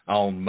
on